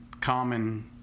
common